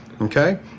Okay